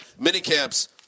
minicamps